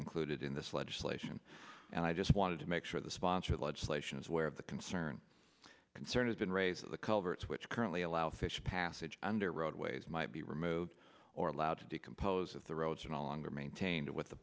included in this legislation and i just wanted to make sure the sponsored legislation is where of the concern concern has been raised in the culverts which currently allow fish passage under roadways might be removed or allowed to decompose if the roads are no longer maintained with the